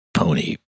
Pony